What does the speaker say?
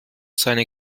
seine